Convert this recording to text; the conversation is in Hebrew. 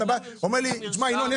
אתה בא ואומר לי 'תשמע ינון,